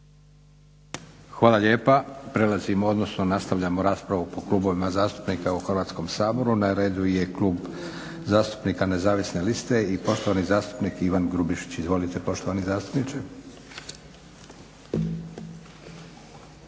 Hvala lijepa. Nastavljamo raspravu po klubovima zastupnika u Hrvatskom saboru. Na redu je Klub zastupnika Nezavisne liste i poštovani zastupnik Ivan Grubišić. Izvolite poštovani zastupniče.